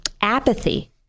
Apathy